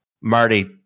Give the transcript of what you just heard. Marty